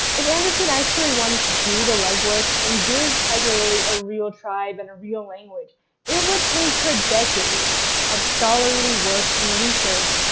if anderson actually wanted to do the legwork and give tiger lily a real tribe in and a real language it would take her decades of scholarly work and research,